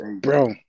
bro